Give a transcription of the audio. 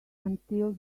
until